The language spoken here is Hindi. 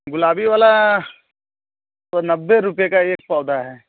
गुलाबी वाला वह नब्बे रुपये का एक पौधा है